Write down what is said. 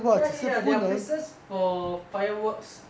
ya ya ya there are places for fireworks